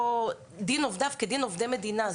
שדין עובדיו כדין עובדי המדינה.